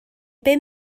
bum